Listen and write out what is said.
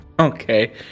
okay